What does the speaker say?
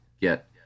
get